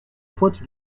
pointe